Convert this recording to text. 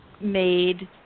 made